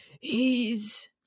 he's